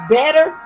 better